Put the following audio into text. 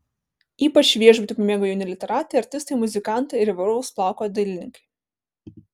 ypač šį viešbutį pamėgo jauni literatai artistai muzikantai ir įvairaus plauko dailininkai